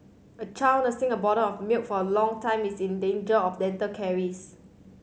a child nursing a bottle of milk for a long time is in danger of dental caries